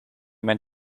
mijn